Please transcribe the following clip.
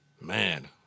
Man